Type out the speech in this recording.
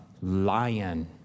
lion